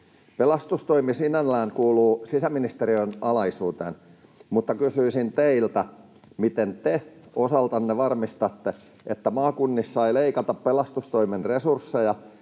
pelastustoimi sinällään kuuluu sisäministeriön alaisuuteen, mutta kysyisin teiltä: miten te osaltanne varmistatte, että maakunnissa ei leikata pelastustoimen resursseja,